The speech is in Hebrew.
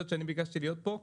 ביקשתי להיות פה,